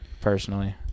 Personally